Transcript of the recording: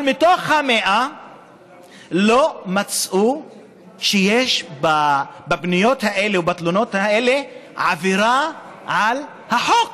אבל בתוך ה-100 לא מצאו שיש בפניות האלה ובתלונות האלה עבירה על החוק,